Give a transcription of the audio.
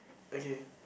okay